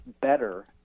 better